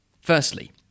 Firstly